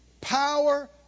Power